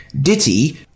Ditty